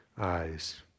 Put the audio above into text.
eyes